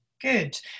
good